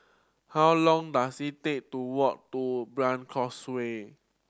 how long dose it take to walk to Brani Causeway